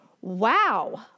Wow